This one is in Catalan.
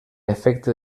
efecte